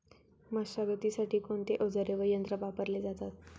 मशागतीसाठी कोणते अवजारे व यंत्र वापरले जातात?